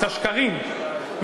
השקרים,